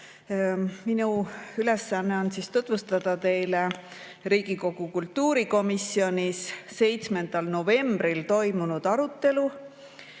Minu ülesanne on tutvustada teile Riigikogu kultuurikomisjonis 7. novembril toimunud arutelu,